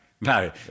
No